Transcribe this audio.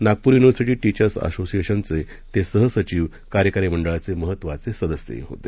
Nagpur university teachers असोसिएशनचे ते सह सचिव कार्यकारी मंडळाचे महत्वाचे सदस्यही होते